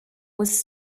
was